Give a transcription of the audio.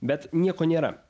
bet nieko nėra